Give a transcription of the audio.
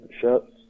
shirts